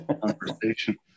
conversation